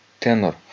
tenor